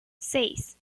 seis